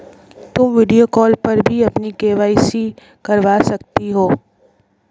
तुम video call पर भी अपनी के.वाई.सी करवा सकती हो